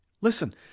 Listen